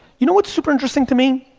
you know what's super interesting to me?